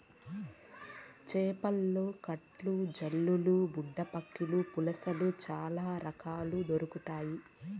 చేపలలో కట్ల, జల్లలు, బుడ్డపక్కిలు, పులస ఇలా చాల రకాలు దొరకుతాయి